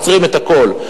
עוצרים את הכול.